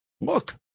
look